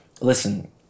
listen